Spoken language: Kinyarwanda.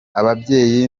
ababyeyi